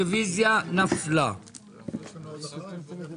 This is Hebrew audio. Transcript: הצבעה הרוויזיה לא נתקבלה הרוויזיה לא התקבלה.